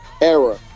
era